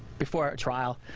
before a trial.